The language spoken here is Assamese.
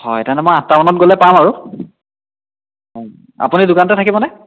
হয় তেনে মই আঠটা মানত গ'লে পাম আৰু আপুনি দোকানতে থাকিব নে